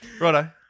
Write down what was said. Righto